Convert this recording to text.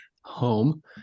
home